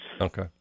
Okay